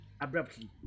abruptly